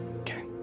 Okay